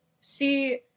see